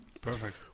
Perfect